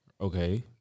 Okay